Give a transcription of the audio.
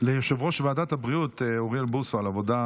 ליושב-ראש ועדת הבריאות אוריאל בוסו על עבודה,